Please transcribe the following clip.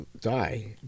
die